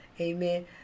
Amen